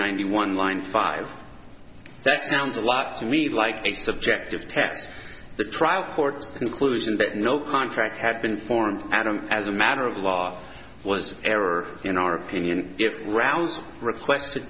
ninety one line five so it sounds a lot to me like a subjective test the trial court conclusion that no contract had been formed adam as a matter of law was error in our opinion if rouse requested